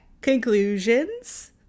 Conclusions